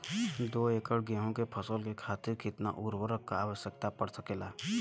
दो एकड़ गेहूँ के फसल के खातीर कितना उर्वरक क आवश्यकता पड़ सकेल?